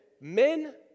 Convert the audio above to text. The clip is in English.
men